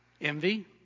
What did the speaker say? envy